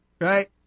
Right